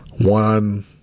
One